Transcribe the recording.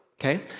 okay